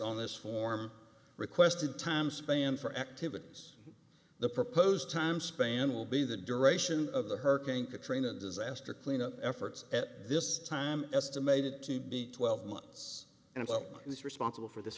on this form requested time span for activities the proposed time span will be the duration of the hurricane katrina disaster cleanup efforts at this time estimated to be twelve months and while it's responsible for this